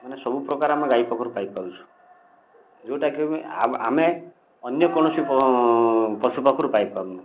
ମାନେ ସବୁ ପ୍ରକାର ଆମେ ଗାଈ ପାଖରୁ ପାଇପାରୁଛୁ ଯେଉଁଟା କି ଆମେ ଅନ୍ୟ କୌଣସି ପଶୁ ପାଖରୁ ପାଇପାରୁନୁ